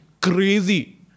crazy